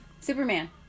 Superman